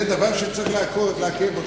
זה דבר שצריך לעכב אותו.